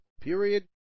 period